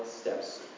steps